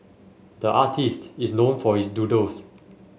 the artist is known for his doodles